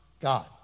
God